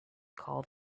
call